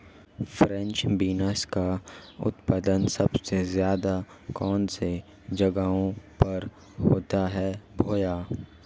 French beans का उत्पादन सबसे ज़्यादा कौन से जगहों पर होता है भैया?